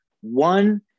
one